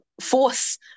force